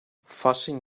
fasching